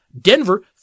Denver